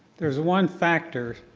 there's one factor